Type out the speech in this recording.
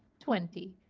twenty.